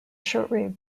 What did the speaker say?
shortwave